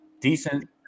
decent